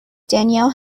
danielle